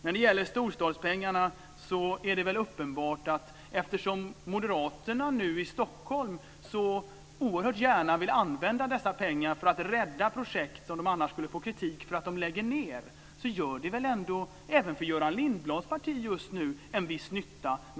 När det gäller storstadspengarna vill moderaterna i Stockholm så oerhört gärna använda dessa för att rädda projekt som de annars skulle få kritik för att de lägger ned. Så storstadssatsningen gör en viss nytta även för Göran Lindblads just nu.